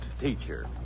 teacher